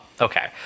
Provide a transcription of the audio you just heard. okay